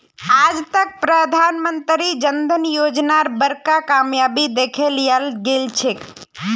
आज तक प्रधानमंत्री जन धन योजनार बड़का कामयाबी दखे लियाल गेलछेक